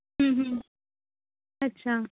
ਹੁੰ ਹੁੰ ਅੱਛਾ